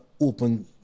open